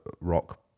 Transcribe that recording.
rock